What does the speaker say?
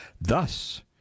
Thus